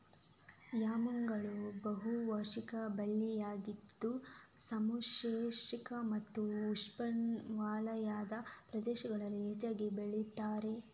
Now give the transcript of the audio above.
ಯಾಮ್ಗಳು ಬಹು ವಾರ್ಷಿಕ ಬಳ್ಳಿಗಳಾಗಿದ್ದು ಸಮಶೀತೋಷ್ಣ ಮತ್ತೆ ಉಷ್ಣವಲಯದ ಪ್ರದೇಶಗಳಲ್ಲಿ ಹೆಚ್ಚಾಗಿ ಬೆಳೀತಾರೆ